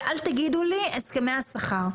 ואל תגידו לי הסכמי השכר.